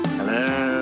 Hello